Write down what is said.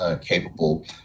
capable